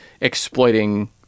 exploiting